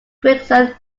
gregson